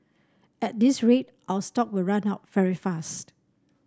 at this rate our stock will run out very fast